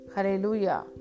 Hallelujah